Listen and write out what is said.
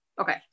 Okay